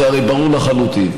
זה הרי ברור לחלוטין.